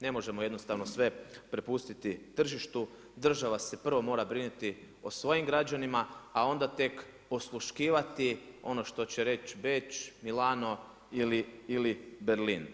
Ne možemo jednostavno sve prepustiti tržištu, država se prvo mora brinuti o svojim građanima a onda tek osluškivati ono što će reći Beč, Milano ili Berlin.